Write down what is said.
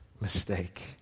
mistake